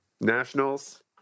Nationals